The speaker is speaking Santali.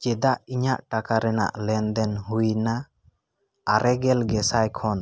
ᱪᱮᱫᱟᱜ ᱤᱧᱟᱹᱜ ᱴᱟᱠᱟ ᱨᱮᱱᱟᱜ ᱞᱮᱱᱫᱮᱱ ᱦᱩᱭᱱᱟ ᱟᱨᱮ ᱜᱮᱞ ᱜᱮᱥᱟᱭ ᱠᱷᱚᱱ